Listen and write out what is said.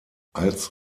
als